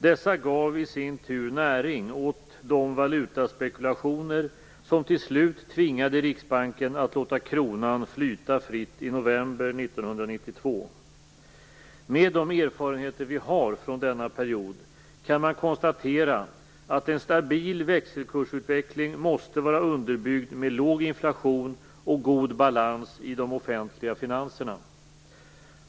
Dessa gav i sin tur näring åt de valutaspekulationer som till slut tvingade Riksbanken att låta kronan flyta fritt i november 1992. Med de erfarenheter vi har från denna period kan man konstatera att en stabil växelkursutveckling måste vara underbyggd med låg inflation och god balans i de offentliga finanserna.